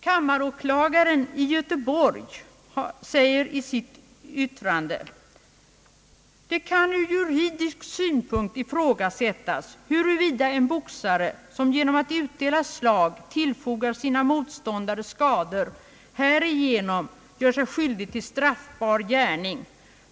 Kammaråklagaren i Göteborg säger i sitt yttrande: »Det kan ur juridisk synpunkt ifrågasättas, huruvida en boxare, som genom att utdela slag tillfogar sina motståndare skador, härigenom gör sig skyldig till straffbar gärning.